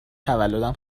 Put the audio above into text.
تولدم